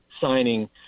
signing